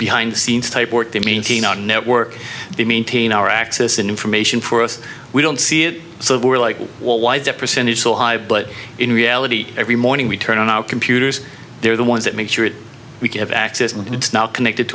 behind the scenes type work to maintain our network they maintain our access information for us we don't see it so we're like why the percentage so high but in reality every morning we turn on our computers they're the ones that make sure that we can have access and it's not connected